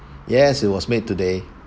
yes it was made today